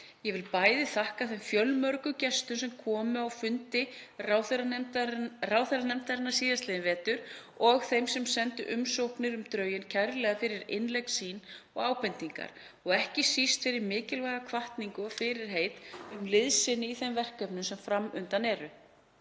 Ég vil bæði þakka þeim fjölmörgu gestum sem komu á fundi ráðherranefndarinnar síðastliðinn vetur og þeim sem sendu umsagnir um drögin kærlega fyrir innlegg sín og ábendingar og ekki síst fyrir mikilvæga hvatningu og fyrirheit um liðsinni í þeim verkefnum sem fram undan eru.